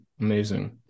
Amazing